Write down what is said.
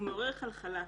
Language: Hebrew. מעורר חלחלה.